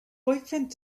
boyfriend